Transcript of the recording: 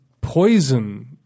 poison